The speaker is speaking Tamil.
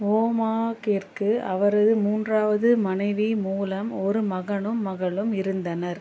வோமாக்கிற்கு அவரது மூன்றாவது மனைவி மூலம் ஒரு மகனும் மகளும் இருந்தனர்